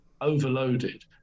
overloaded